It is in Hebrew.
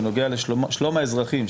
שנוגע לשלום האזרחים,